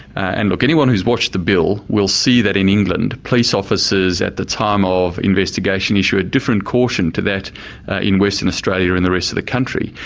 and look, anyone who's watched the bill will see that in england police officers at the time of investigation issue a different caution to that in western australia and the rest of the country.